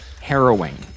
harrowing